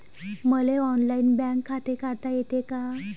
मले online bank खाते काढता येते का?